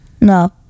No